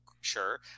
sure